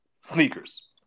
sneakers